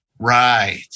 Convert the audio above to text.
Right